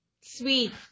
sweet